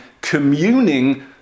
communing